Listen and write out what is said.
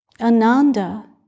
Ananda